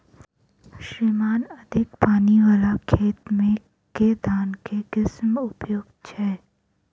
श्रीमान अधिक पानि वला खेत मे केँ धान केँ किसिम उपयुक्त छैय?